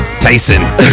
Tyson